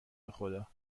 بخدا